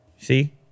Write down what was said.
See